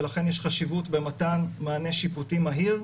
ולכן יש חשיבות במתן מענה שיפוטי מהיר,